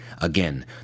Again